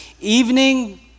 evening